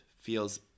feels